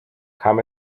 kam